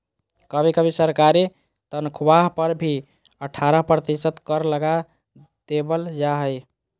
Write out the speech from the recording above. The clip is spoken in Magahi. कभी कभी सरकारी तन्ख्वाह पर भी अट्ठारह प्रतिशत कर लगा देबल जा हइ